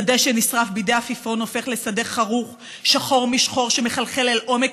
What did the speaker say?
שדה שנשרף בידי עפיפון הופך לשדה חרוך שחור משחור שמחלחל אל עומק